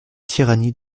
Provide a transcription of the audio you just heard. tyrannie